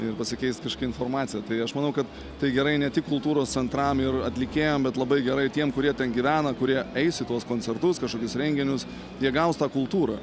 ir pasikeist kažkokia informacija tai aš manau kad tai gerai ne tik kultūros centram ir atlikėjam bet labai gerai tiem kurie ten gyvena kurie eis į tuos koncertus kažkokius renginius jie gaus tą kultūrą